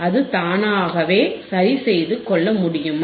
அது தானாகவே சரி செய்துகொள்ள முடியுமா